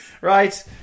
Right